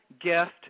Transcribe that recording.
gift